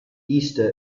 easter